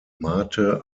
mate